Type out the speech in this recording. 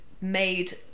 made